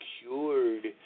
cured